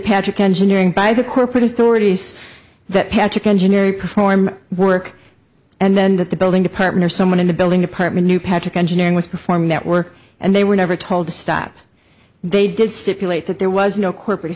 patrick engineering by the corporate authorities that patrick engineer perform work and then that the building department or someone in the building department knew patrick engineering was performing that work and they were never told to stop they did stipulate that there was no corporate